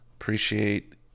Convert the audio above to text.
appreciate